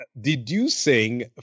Deducing